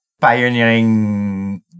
pioneering